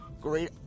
great